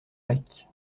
avec